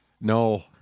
no